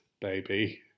baby